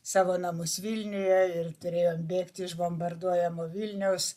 savo namus vilniuje ir turėjom bėgti iš bombarduojamo vilniaus